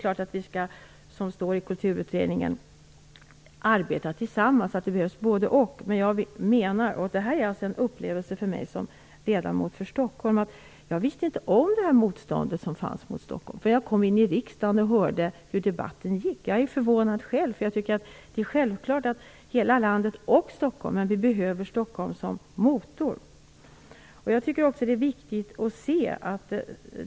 Naturligtvis skall vi arbeta tillsammans. Som det sägs i Kulturutredningen behövs både-och. Jag visste som ledamot från Stockholm inte om motståndet mot Stockholm. När jag kom in i riksdagen och hörde hur debatten gick blev jag förvånad. Jag tycker att landet behöver Stockholm som motor.